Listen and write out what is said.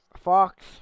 Fox